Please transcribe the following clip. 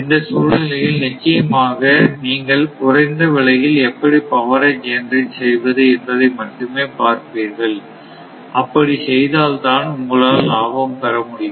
இந்த சூழ்நிலையில் நிச்சயமாக நீங்கள் குறைந்த விலையில் எப்படிப் பவரை ஜெனரேட் செய்வது என்பதை மட்டுமே பார்ப்பீர்கள் அப்படி செய்தால் தான் உங்களால் லாபம் பெற முடியும்